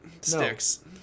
sticks